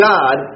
God